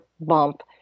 bump